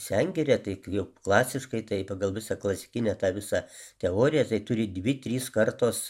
sengirė tai jau klasiškai tai pagal visą klasikinę tą visą teoriją tai turi dvi trys kartos